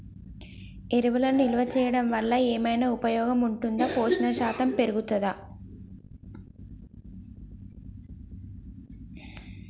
ఎరువులను నిల్వ చేయడం వల్ల ఏమైనా ఉపయోగం ఉంటుందా పోషణ శాతం పెరుగుతదా?